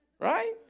Right